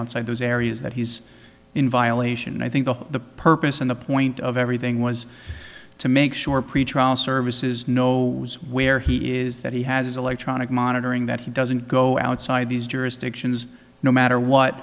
outside those areas that he's in violation i think of the purpose and the point of everything was to make sure pretrial services know where he is that he has electronic monitoring that he doesn't go outside these jurisdictions no matter what